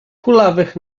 kulawych